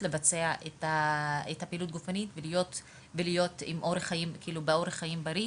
לבצע פעילות גופנית ולחיות אורח חיים בריא.